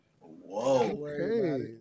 Whoa